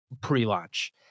pre-launch